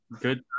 Good